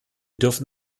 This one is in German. dürfen